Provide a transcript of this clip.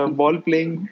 ball-playing